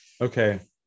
okay